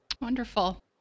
Wonderful